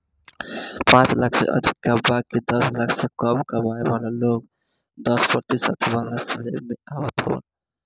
पांच लाख से अधिका बाकी दस लाख से कम कमाए वाला लोग दस प्रतिशत वाला स्लेब में आवत हवन